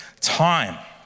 Time